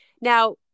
Now